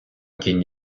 кінь